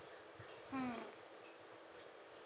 hmm